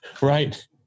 right